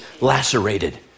lacerated